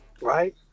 right